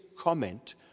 comment